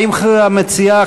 האם המציעה,